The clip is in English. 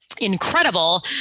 incredible